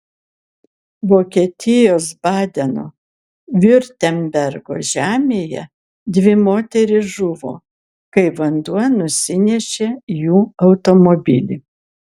vokietijos badeno viurtembergo žemėje dvi moterys žuvo kai vanduo nusinešė jų automobilį